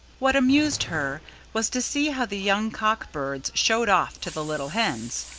what amused her was to see how the young cock birds showed off to the little hens.